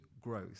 growth